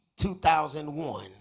2001